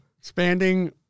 Expanding